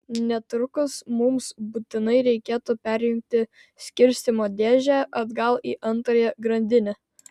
netrukus mums būtinai reikėtų perjungti skirstymo dėžę atgal į antrąją grandinę